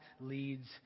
leads